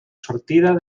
sortida